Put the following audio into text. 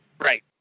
Right